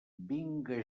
vinga